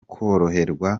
koroherwa